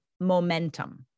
momentum